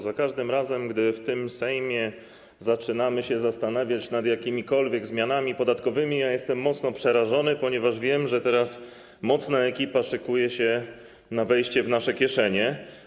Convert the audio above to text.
Za każdym razem, gdy w tym Sejmie zaczynamy się zastanawiać nad jakimikolwiek zmianami podatkowymi, jestem mocno przerażony, ponieważ wiem, że teraz mocna ekipa szykuje się na wejście w nasze kieszenie.